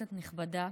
כנסת נכבדה,